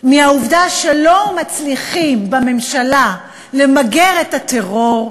מהעובדה שלא מצליחים בממשלה למגר את הטרור,